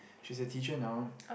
she's a teacher now